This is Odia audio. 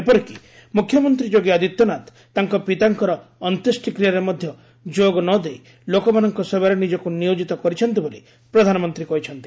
ଏପରିକି ମୁଖ୍ୟମନ୍ତ୍ରୀ ଯୋଗୀ ଆଦିତ୍ୟନାଥ ତାଙ୍କ ପିତାଙ୍କର ଅନ୍ତେଷ୍ଟିକ୍ରିୟାରେ ମଧ୍ୟ ଯୋଗ ନ ଦେଇ ଲୋକମାନଙ୍କ ସେବାରେ ନିଜକୁ ନିୟୋଜିତ କରିଛନ୍ତି ବୋଲି ପ୍ରଧାନମନ୍ତ୍ରୀ କହିଛନ୍ତି